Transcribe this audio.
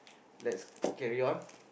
let's carry on